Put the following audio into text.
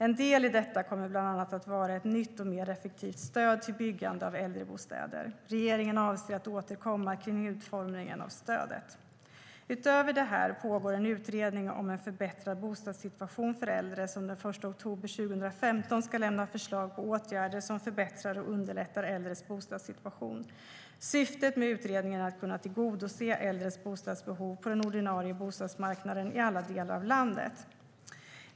En del i detta kommer att vara ett nytt och mer effektivt stöd till byggande av äldrebostäder. Regeringen avser att återkomma om utformningen av stödet. Utöver detta pågår det en utredning om en förbättrad bostadssituation för äldre, som den 1 oktober 2015 ska lämna förslag på åtgärder som förbättrar och underlättar äldres bostadssituation. Syftet med utredningen är att kunna tillgodose äldres bostadsbehov på den ordinarie bostadsmarknaden i alla delar av landet.